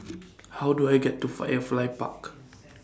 How Do I get to Firefly Park